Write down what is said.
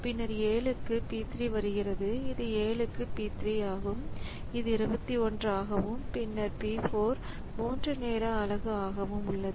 பின்னர் 7 க்கு P 3 வருகிறது இது 7 க்கு P 3 ஆகும் இது 21 ஆகவும் பின்னர் P 4 3 நேர அலகு ஆகவும் உள்ளது